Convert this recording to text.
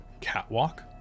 catwalk